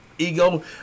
Ego